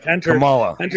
Kamala